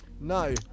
no